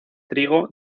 trigo